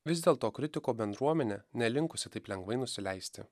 vis dėl to kritiko bendruomenė nelinkusi taip lengvai nusileisti